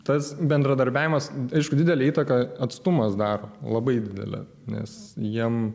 tas bendradarbiavimas aišku didelę įtaką atstumas daro labai didelę nes jiem